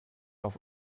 auf